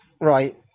Right